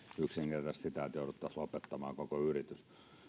yksinkertaisesti sitä että jouduttaisiin lopettamaan koko yritys